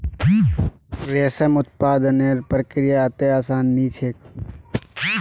रेशम उत्पादनेर प्रक्रिया अत्ते आसान नी छेक